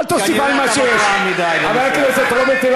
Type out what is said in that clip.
אל תוסיף על מה שיש.